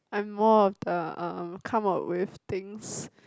I'm more of the uh come up with things